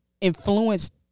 influenced